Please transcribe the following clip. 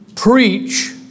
Preach